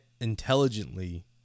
intelligently